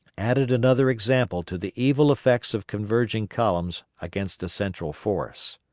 added another example to the evil effects of converging columns against a central force.